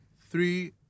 Three